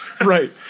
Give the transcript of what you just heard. Right